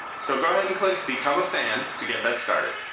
so go ahead and click become a fan to get that started.